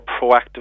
proactive